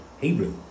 Hebrew